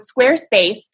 Squarespace